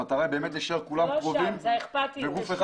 המטרה היא באמת שכולנו נישאר קרובים ונפעל כגוף אחד